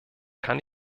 kann